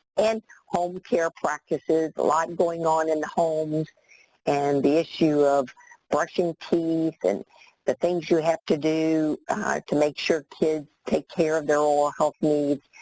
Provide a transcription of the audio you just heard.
and home care practices, a lot going on in the homes and the issue of brushing teeth and the things you have to do to make sure kids take care of their oral health needs.